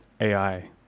AI